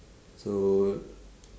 so